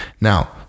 now